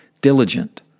diligent